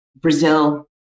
Brazil